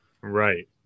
Right